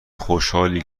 خوشحالیم